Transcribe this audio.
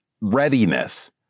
readiness